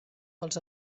pels